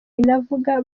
inavuga